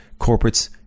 corporates